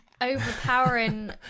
overpowering